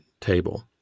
table